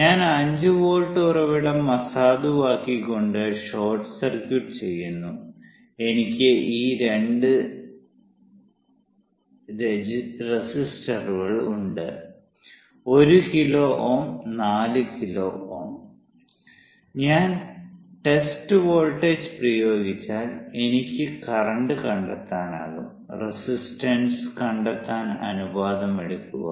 ഞാൻ 5 വോൾട്ട് ഉറവിടം അസാധുവാക്കിക്കൊണ്ട് ഷോർട്ട് സർക്യൂട്ട് ചെയ്യുന്നു എനിക്ക് ഈ രണ്ട് റെസിസ്റ്ററുകൾ ഉണ്ട് 1 കിലോ Ω 4 കിലോ Ω ഞാൻ ടെസ്റ്റ് വോൾട്ടേജ് പ്രയോഗിച്ചാൽ എനിക്ക് കറന്റ് കണ്ടെത്താനാകും റെസിസ്റ്റൻസ് കണ്ടെത്താൻ അനുപാതം എടുക്കുക